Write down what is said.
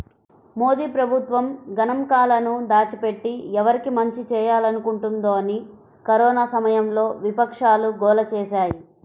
మోదీ ప్రభుత్వం గణాంకాలను దాచిపెట్టి, ఎవరికి మంచి చేయాలనుకుంటోందని కరోనా సమయంలో విపక్షాలు గోల చేశాయి